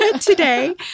today